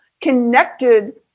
connected